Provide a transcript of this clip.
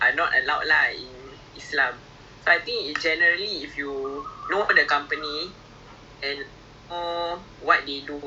be everything okay but then when you look at the screening process and they say actually cannot because in some sort they have like a subdivision debts investing in this like